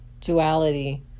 duality